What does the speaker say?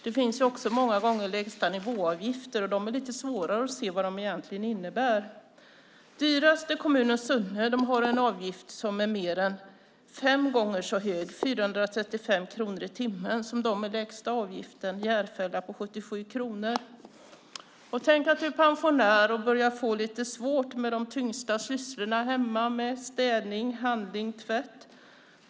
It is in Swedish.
Det finns många gånger lägsta-nivå-avgifter, och det är lite svårare att se vad det innebär. Dyraste kommunen är Sunne som har en avgift som är mer än fem gånger så hög, 435 kronor i timmen, som den lägsta avgiften på 77 kronor i Järfälla. Tänk dig att du är pensionär och börjar få lite svårt med de tyngsta sysslorna hemma - städning, handling, tvätt.